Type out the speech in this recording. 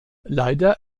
leider